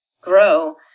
grow